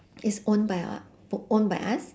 is own by u~ own by us